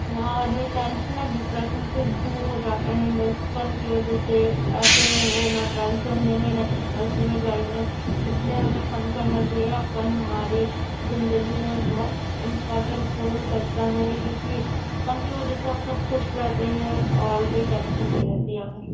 اور ٹینشن اور ڈپریشن سے دور ہو جاتے ہیں لوگ فن کی وجہ سے ایسے میں وہ نہ ٹینشن لیں گے نہ ڈپریس میں جائیں گے اس لیے ہمیں فن کرنا چاہیے اور فن ہماری زندگی میں بہت امپورٹینٹ رول کرتا ہے کیونکہ فن کی وجہ سے سب خوش رہتے ہیں اور کوئی ٹینشن نہیں رہتی ہے ہمیں